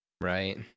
Right